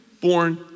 born